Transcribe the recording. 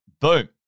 Boom